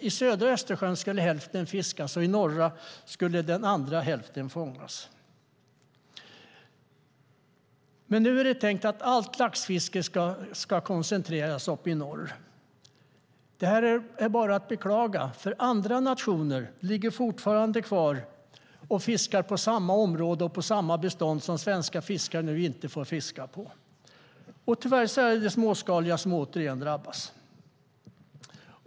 I södra Östersjön skulle den ena hälften och i norra den andra hälften fångas. Nu är det tänkt att allt laxfiske ska koncentreras till norr. Det är bara att beklaga, eftersom andra nationer ligger kvar och fiskar i samma områden och samma bestånd som tidigare, alltså områden som svenska fiskare inte längre får fiska i. Tyvärr är det återigen det småskaliga fisket som drabbas.